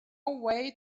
way